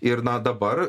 ir na dabar